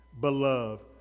Beloved